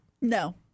No